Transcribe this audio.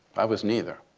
i was neither.